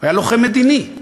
הוא היה לוחם מדיני.